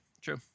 true